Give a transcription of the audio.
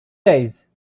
days